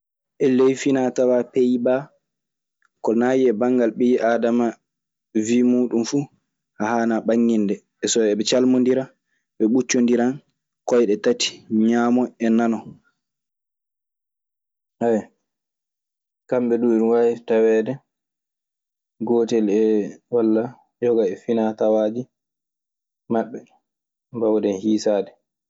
E ley finatawa payba ko naƴi ɓangan ɓiɓe adama wi mudun fu a hana ɓayinde, so heɓe calmodira ɓe ɓucodiran koyide tati ŋamoo e nanoo. Kamɓe duu ina waawi taweede gootel e walla yoga e finaatawaaji maɓɓe mbawɗen hiisaade.